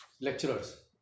lecturers